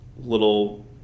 little